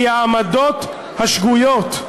היא העמדות השגויות.